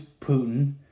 Putin